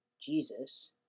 Jesus